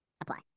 apply